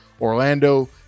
Orlando